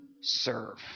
serve